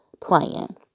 plan